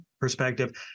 perspective